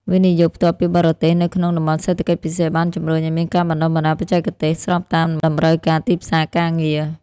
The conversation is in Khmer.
វិនិយោគផ្ទាល់ពីបរទេស នៅក្នុង តំបន់សេដ្ឋកិច្ចពិសេស បានជម្រុញឱ្យមានការបណ្ដុះបណ្ដាលបច្ចេកទេស ស្របតាមតម្រូវការទីផ្សារការងារ។